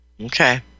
Okay